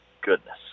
goodness